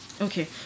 Okay